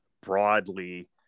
Broadly